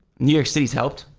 new york city's helped.